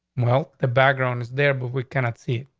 well, the background is there, but we cannot see it.